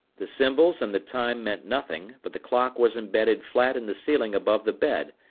the symbols and the time meant nothing, but the clock was embedded flat in the ceiling above the bed,